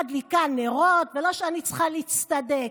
מדליקה נרות, ולא שאני צריכה להצטדק.